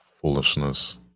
foolishness